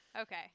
Okay